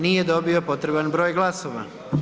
Nije dobio potreban broj glasova.